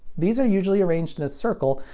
these are usually arranged in a circle,